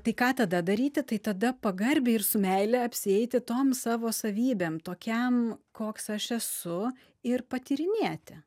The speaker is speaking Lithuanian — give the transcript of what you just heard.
tai ką tada daryti tai tada pagarbiai ir su meile apsieiti tom savo savybėm tokiam koks aš esu ir patyrinėti